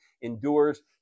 endures